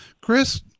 Chris